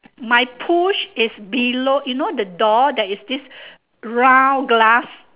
my push is below you know the door there is this round glass